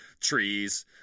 trees